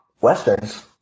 Westerns